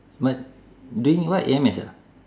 but doing what A_M_S ah